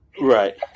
Right